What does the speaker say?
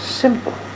simple